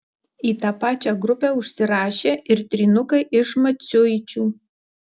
į tą pačią grupę užsirašė ir trynukai iš maciuičių